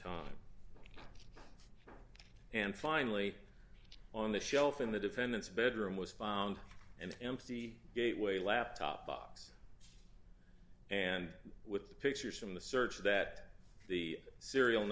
time and finally on the shelf in the defendant's bedroom was found and empty gateway laptop box and with the pictures from the search that the serial